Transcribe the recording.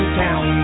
town